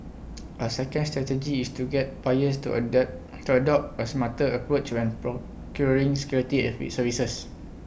A second strategy is to get buyers to adapt to adopt A smarter approach when procuring security Effie services